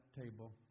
table